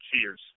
Cheers